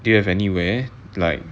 do you have anywhere like